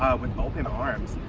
with open arms,